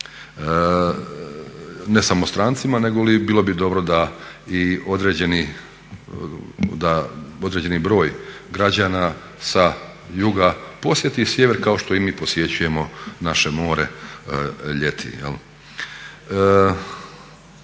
ne samo strancima, nego bilo bi dobro da i određeni, da određeni broj građana sa juga posjeti sjever kao što i mi posjećujemo naše more ljeti.